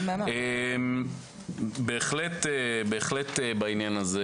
בהחלט בעניין הזה